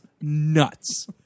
nuts